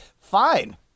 Fine